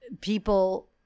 people